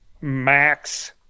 max